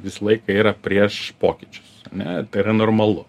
visą laiką yra prieš pokyčius ane tai yra normalu